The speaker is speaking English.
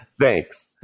thanks